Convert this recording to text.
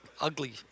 ugly